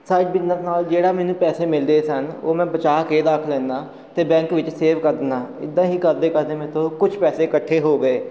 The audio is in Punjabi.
ਸਾਈਡ ਬਿਜਨਸ ਨਾਲ ਜਿਹੜਾ ਮੈਨੂੰ ਪੈਸੇ ਮਿਲਦੇ ਸਨ ਉਹ ਮੈਂ ਬਚਾ ਕੇ ਰੱਖ ਲੈਂਦਾ ਅਤੇ ਬੈਂਕ ਵਿੱਚ ਸੇਵ ਕਰ ਦਿੰਦਾ ਇੱਦਾਂ ਹੀ ਕਰਦੇ ਕਰਦੇ ਮੇਰੇ ਤੋਂ ਕੁਛ ਪੈਸੇ ਇਕੱਠੇ ਹੋ ਗਏ